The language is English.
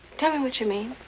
tell me what you mean.